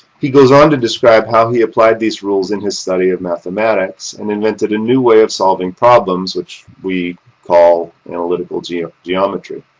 he goes on to describe how he applied these rules in his study of mathematics, and invented a new way of solving problems which we call analytical yeah geometry.